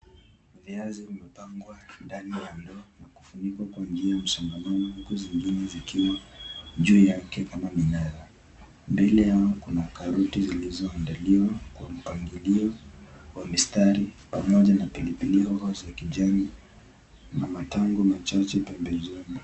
Vianzi vimepangwa ndani ya ndoo na kufunikwa kwa njia msongamano na nguo zingine zikiwa juu yake kama minara. Mbele yao kuna karoti zilizondaliwa kwa mpangilio wa mistari pamoja na pilipili hoho za kijani na matango machache pembeni.